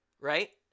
Right